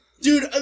dude